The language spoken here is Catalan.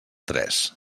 tres